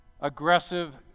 aggressive